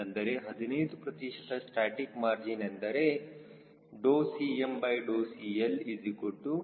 ಅಂದರೆ 15 ಪ್ರತಿಶತ static margin ಎಂದರೆ CmCL SM 0